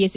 S